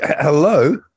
Hello